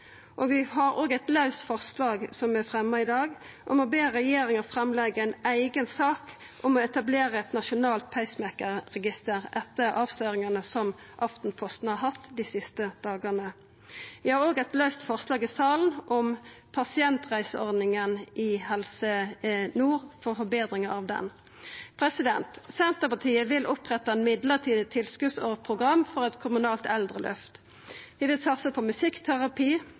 om å be regjeringa leggja fram ei eiga sak om å etablera eit nasjonalt pacemaker-register, etter avsløringane som Aftenposten har hatt dei siste dagane. Vi har òg eit laust forslag i salen om pasientreiseordninga i Helse Nord og forbetring av den. Senterpartiet vil oppretta eit midlertidig tilskotsprogram for eit kommunalt eldreløft. Vi vil satsa på